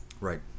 Right